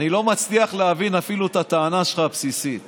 אני לא מצליח להבין אפילו את הטענה הבסיסית שלך.